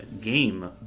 game